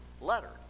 letter